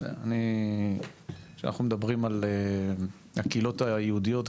שאנחנו מדברים על הקהילות היהודיות,